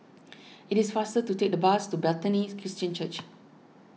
it is faster to take the bus to Bethany Christian Church